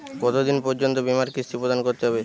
কতো দিন পর্যন্ত বিমার কিস্তি প্রদান করতে হবে?